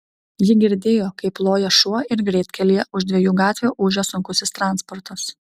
ji girdėjo kaip loja šuo ir greitkelyje už dviejų gatvių ūžia sunkusis transportas